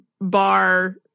bar